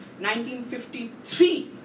1953